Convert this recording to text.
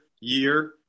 year